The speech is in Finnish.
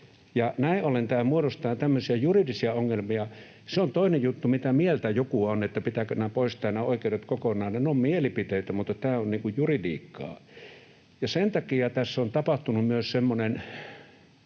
Näin ollen tämä muodostaa tämmöisiä juridisia ongelmia. Se on toinen juttu, mitä mieltä joku on siitä, pitääkö nämä oikeudet poistaa kokonaan. Ne ovat mielipiteitä, mutta tämä on juridiikkaa. Ja sen takia tässä on tapahtunut myös semmoinen